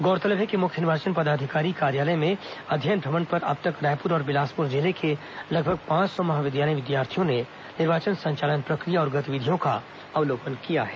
गौरतलब है कि मुख्य निर्वाचन पदाधिकारी कार्यालय में अध्ययन भ्रमण पर अब तक रायपुर और बिलासपुर जिले के लगभग पांच सौ महाविद्यालयीन विद्यार्थियों ने निर्वाचन संचालन प्रक्रिया और गतिविधियों का अवलोकन किया है